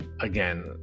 again